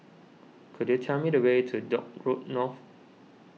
could you tell me the way to Dock Road North